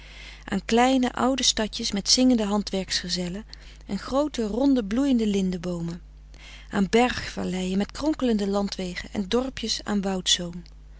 aan kleine oude stadjes met zingende handwerksgezellen en groote ronde bloeiende lindeboomen aan bergvalleien met kronkelende landwegen en dorpjes aan